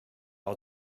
are